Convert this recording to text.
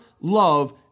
love